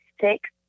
six